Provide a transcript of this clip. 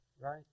Right